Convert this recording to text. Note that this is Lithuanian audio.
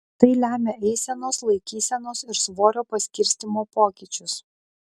tai lemia eisenos laikysenos ir svorio paskirstymo pokyčius